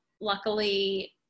luckily